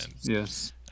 Yes